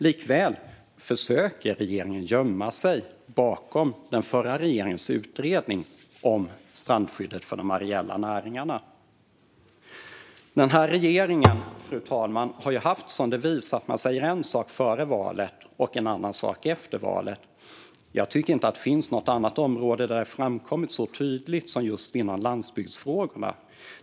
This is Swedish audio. Likväl försöker regeringen gömma sig bakom den förra regeringens utredning om strandskyddet för de areella näringarna. Den här regeringen, fru talman, har ju haft som devis att man säger en sak före valet och en annan sak efter valet. Jag tycker inte att det finns något annat område där detta framkommit så tydligt som inom landsbygdsfrågorna.